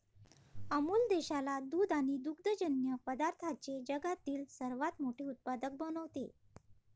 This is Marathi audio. अमूल देशाला दूध आणि दुग्धजन्य पदार्थांचे जगातील सर्वात मोठे उत्पादक बनवते